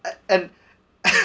and